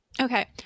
Okay